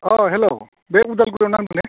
अ हेल' बे उदालगुरियाव नांदों ने